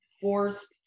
forced